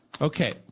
Okay